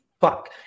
fuck